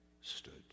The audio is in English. stood